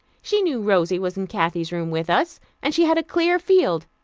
she knew rosy was in kathy's room with us, and she had a clear field.